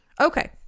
Okay